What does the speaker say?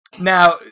Now